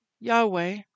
Yahweh